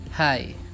Hi